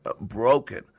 broken